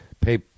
pay